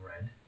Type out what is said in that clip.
red